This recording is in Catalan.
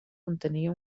contenia